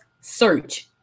search